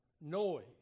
noise